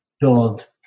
build